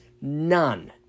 none